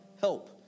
help